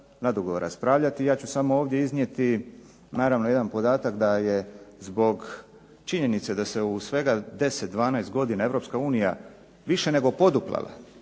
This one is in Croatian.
nadugo raspravljati, ja ću samo ovdje iznijeti naravno jedan podatak da je zbog činjenice da se u svega 10, 12 godina EU više nego poduplala